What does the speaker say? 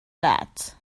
that